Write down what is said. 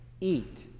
Eat